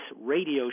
radio